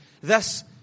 Thus